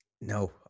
no